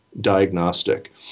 diagnostic